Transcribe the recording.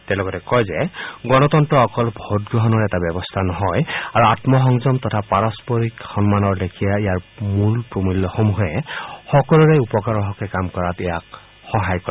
তেওঁ লগতে কয় যে গণতন্ত্ৰ অকল ভোটগ্ৰহণৰ এটা ব্যৱস্থা নহয় আৰু আঘ্মসংযম তথা পাৰস্পৰিক সন্মানৰ লেখিয়া ইয়াৰ মূল প্ৰমূল্য সমূহে সকলোৰে উপকাৰৰ হকে কাম কৰাত ইয়াক সহায় কৰে